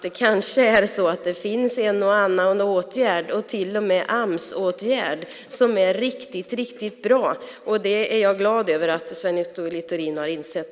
Det kanske är så att det finns en och annan åtgärd och till och med Amsåtgärd som är riktigt, riktigt bra. Det är jag glad över att Sven Otto Littorin har insett.